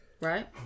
right